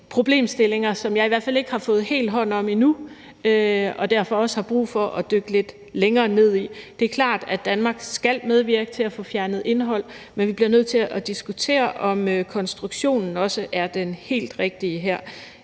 problemstillinger, som jeg i hvert fald ikke har fået helt hånd om endnu, og som jeg derfor også har brug for at dykke lidt længere ned i. Det er klart, at Danmark skal medvirke til at få fjernet indhold, men vi bliver nødt til at diskutere, om konstruktionen her også er den helt rigtige.